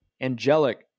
angelic